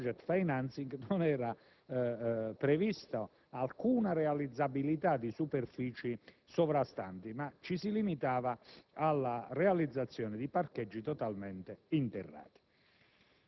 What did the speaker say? del *project* *financing* non era prevista alcuna realizzabilità di superfici sovrastanti, ma ci si limitava alla ipotesi di realizzazione di parcheggi totalmente interrati.